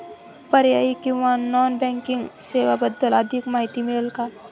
पर्यायी किंवा non banking सेवांबद्दल अधिक माहिती मिळेल का?